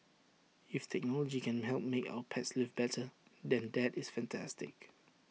if technology can help make our pets lives better than that is fantastic